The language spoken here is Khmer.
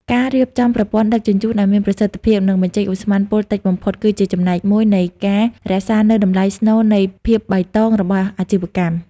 ការរៀបចំប្រព័ន្ធដឹកជញ្ជូនឱ្យមានប្រសិទ្ធភាព និងបញ្ចេញឧស្ម័នពុលតិចបំផុត គឺជាចំណែកមួយនៃការរក្សានូវតម្លៃស្នូលនៃ "ភាពបៃតង" របស់អាជីវកម្ម។